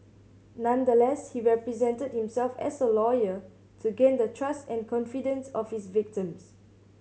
nonetheless he represented himself as a lawyer to gain the trust and confidence of his victims